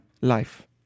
life